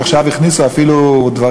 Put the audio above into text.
שעכשיו הכניסו לשם אפילו דברים,